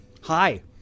Hi